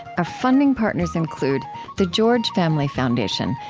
our funding partners include the george family foundation,